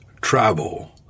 Travel